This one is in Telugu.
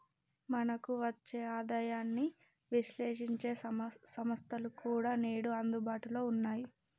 మనకు వచ్చే ఆదాయాన్ని విశ్లేశించే సంస్థలు కూడా నేడు అందుబాటులో ఉన్నాయి